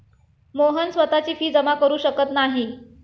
मोहन स्वतःची फी जमा करु शकत नाही